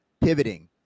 pivoting